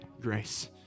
grace